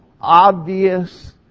obvious